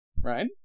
right